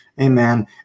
Amen